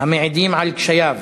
המעידים על קשייו.